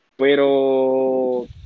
Pero